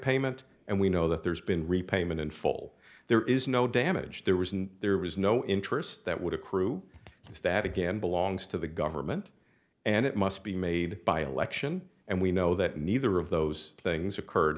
payment and we know that there's been repayment in full there is no damage there was and there was no interest that would accrue as that again belongs to the government and it must be made by election and we know that neither of those things occurred